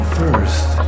first